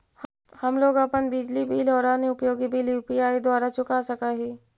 हम लोग अपन बिजली बिल और अन्य उपयोगि बिल यू.पी.आई द्वारा चुका सक ही